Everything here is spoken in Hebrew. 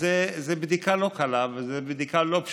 זו בדיקה לא קלה וזו בדיקה לא פשוטה.